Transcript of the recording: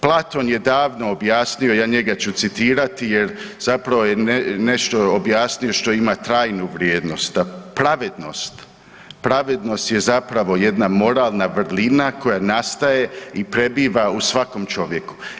Platon je davno objasnio, ja njega ću citirati jer zapravo je nešto objasnio što ima trajnu vrijednost da pravednost, pravednost je zapravo jedna moralna vrlina koja nastaje i prebiva u svakom čovjeku.